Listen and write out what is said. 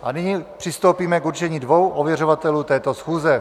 A nyní přistoupíme k určení dvou ověřovatelů této schůze.